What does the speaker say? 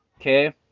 Okay